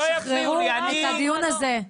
תשחררו את הדיון הזה.